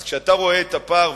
אז כשאתה רואה את הפער,